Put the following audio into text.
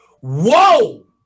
whoa